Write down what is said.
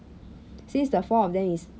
since the four of them is